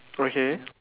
okay